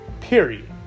Period